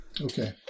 okay